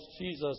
Jesus